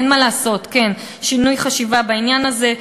אין מה לעשות שינוי חשיבה בעניין הזה.